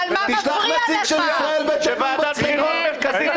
תשלח נציג של ישראל ביתנו עם מצלמות.